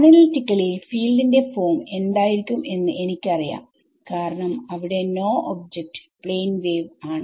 അനലിറ്റിക്കലിഫീൽഡിന്റെ form എന്തായിരിക്കും എന്ന് എനിക്ക് അറിയാം കാരണം അവിടെ നോ ഒബ്ജക്റ്റ് പ്ലേൻ വേവ് ആണ്